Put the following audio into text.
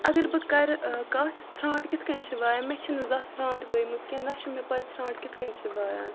اگر بہٕ کَرٕ ٲں کَتھ ژھرٛانٛٹھ کِتھ کٔنۍ چھِ وایان مےٚ چھَنہٕ زانٛہہ ژھرٛانٛٹھ وٲیمٕژ کیٚنٛہہ نَہ چھِ مےٚ پَے ژھرٛانٛٹھ کِتھ کٔنۍ چھِ وایان